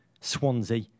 Swansea